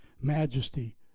majesty